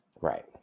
Right